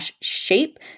shape